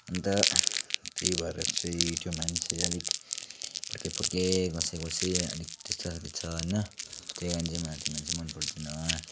अन्त त्यही भएर चाहिँ त्यो मान्छे अलिक फुर्के फुर्के घोसे घोसे अलिक त्यस्तै खालके छ होइन त्यही कारण चाहिँ मलाई त्यो मान्छे मनपर्दैन